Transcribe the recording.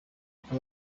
aka